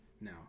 Now